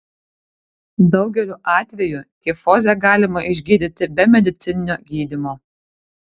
daugeliu atvejų kifozę galima išgydyti be medicininio gydymo